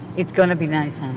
it's gonna be nice,